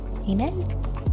amen